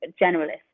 generalist